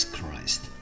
Christ